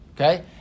okay